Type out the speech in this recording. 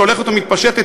שהולכת ומתפשטת,